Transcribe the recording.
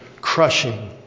crushing